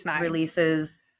releases